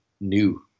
new